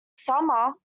summer